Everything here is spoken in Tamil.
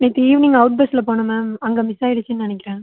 நேற்று ஈவினிங் அவுட் பஸ்ஸில் போனேன் மேம் அங்கே மிஸ்ஸாயிடுச்சின்னு நினைக்கிறேன்